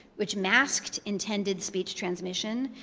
which masked intended speech transmission,